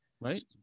right